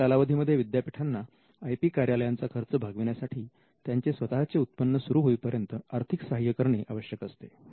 या कालावधीमध्ये विद्यापीठांना आय पी कार्यालयांचा खर्च भागविण्यासाठी त्यांचे स्वतःचे उत्पन्न सुरू होईपर्यंत आर्थिक सहाय्य करणे आवश्यक असते